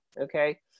Okay